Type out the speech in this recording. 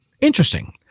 Interesting